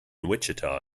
wichita